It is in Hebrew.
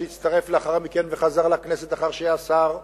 שהצטרף לאחר מכן וחזר לכנסת לאחר שהיה שר,